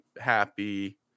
happy